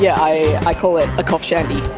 yeah i i call it a cough shandy.